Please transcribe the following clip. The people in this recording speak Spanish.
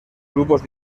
grupos